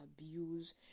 abuse